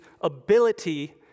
ability